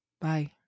Bye